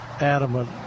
adamant